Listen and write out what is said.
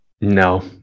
No